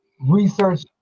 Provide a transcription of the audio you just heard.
research